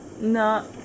No